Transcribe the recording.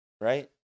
right